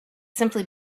simply